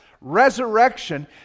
resurrection